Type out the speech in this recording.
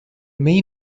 main